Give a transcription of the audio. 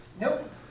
Nope